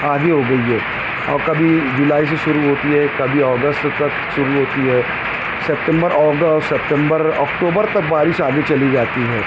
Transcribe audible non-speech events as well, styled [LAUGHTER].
آدھی ہو گئی ہے اور کبھی جولائی سے شروع ہوتی ہے کبھی اگست تک شروع ہوتی ہے سیپٹمبر [UNINTELLIGIBLE] سیپٹمبر اکتوبر تک بارش آگے چلی جاتی ہے